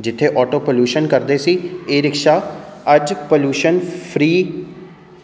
ਜਿੱਥੇ auto pollution ਕਰਦੇ ਸੀ ਈ ਰਿਕਸ਼ਾ ਅੱਜ ਪੋਲਿਊਸ਼ਨ ਫਰੀ